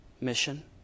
mission